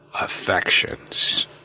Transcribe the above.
affections